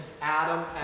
Adam